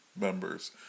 members